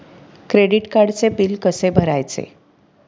Credit कार्डचे bill कसे भरायचे?